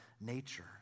nature